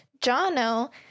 Jono